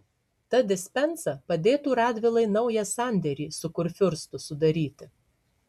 ta dispensa padėtų radvilai naują sandėrį su kurfiurstu sudaryti